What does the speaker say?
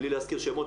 בלי להזכיר שמות,